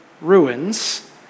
ruins